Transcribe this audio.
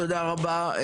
תודה רבה.